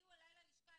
תגיעו אליי ללשכה,